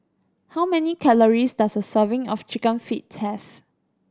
how many calories does a serving of Chicken Feet have